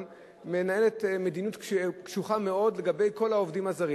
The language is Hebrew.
גם מנהלת מדיניות קשוחה מאוד לגבי כל העובדים הזרים